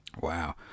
wow